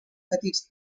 petits